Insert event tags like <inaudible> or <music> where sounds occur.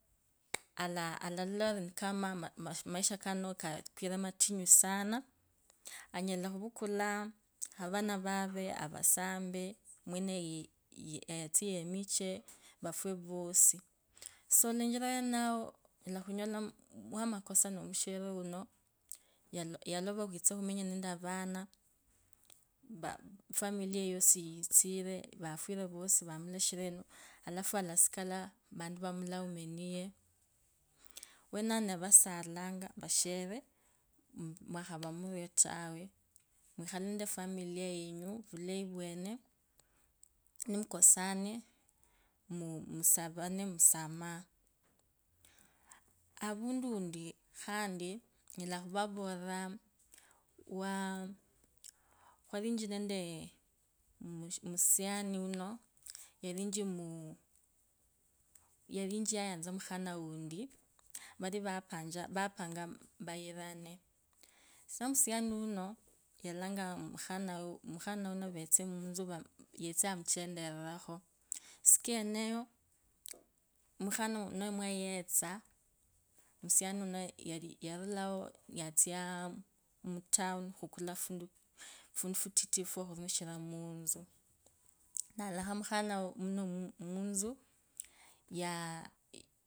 Alaa watuta ori kama maisha kano namatunyu sana. Onyala khuvukula avana vave avasambe, mwene naye atsie yemiche vafwe vosi. So lechera awenao wamakoso nomushere uno yalova khweitsa khumanya nevana. Efamilya yiyo yosi yifwire vamulashire, alafu alasibala vantu vamulaume niye. Awenao ndamu salango aveshere mwakhava murio falo mwikhale nende efamilia yene vulayi vwene nimukosane mmh- musavane musamaho avundu unti enyoua khuvavoreza waa khwalichi nende omusioni uno yavichi mmh yavichi yayatsa omulatana unti varivapanga vayirane, so omusiani ilno yalanga omu omukhana mutsu yetse amuchenderirakhu, isiku yeneyo, omukhano wuno lwayetsa, omusiani yarulao yatsaa mutown khukua fundu futiti fwokhurumishira mutsu, nalakha mukhana mutsu ya <hesitation>